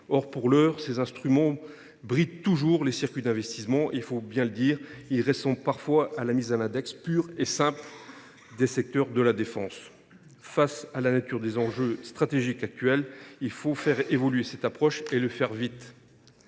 Or, pour l’heure, ces instruments brident toujours les circuits d’investissement et – il faut bien le dire – ressemblent parfois à une mise à l’index pure et simple des entreprises du secteur de la défense. Face à la nature des enjeux stratégiques actuels, il faut faire évoluer cette approche, et le faire vite.